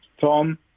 Tom